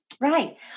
Right